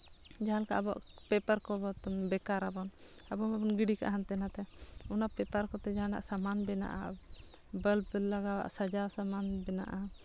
ᱡᱟᱦᱟᱸ ᱞᱮᱠᱟ ᱟᱵᱚᱣᱟᱜ ᱯᱮᱯᱟᱨ ᱠᱚ ᱵᱮᱠᱟᱨ ᱟᱵᱚᱱ ᱟᱵᱚ ᱢᱟᱵᱚᱱ ᱜᱤᱰᱤ ᱠᱟᱜᱼᱟ ᱦᱟᱱᱛᱮ ᱱᱟᱛᱮ ᱚᱱᱟ ᱯᱮᱯᱟᱨ ᱠᱚᱛᱮ ᱡᱟᱦᱟᱱᱟᱜ ᱥᱟᱢᱟᱱ ᱵᱮᱱᱟᱜᱼᱟ ᱵᱟᱞᱚᱵ ᱵᱮᱱᱟᱣ ᱟᱜ ᱥᱟᱡᱟᱣ ᱥᱟᱢᱟᱱ ᱢᱮᱱᱟᱜᱼᱟ